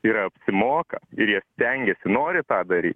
ir apsimoka ir jie stengiasi nori tą daryt